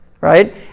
right